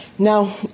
Now